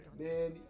man